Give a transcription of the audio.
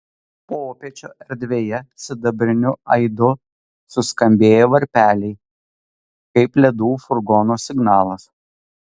popiečio erdvėje sidabriniu aidu suskambėjo varpeliai kaip ledų furgono signalas